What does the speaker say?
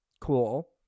Cool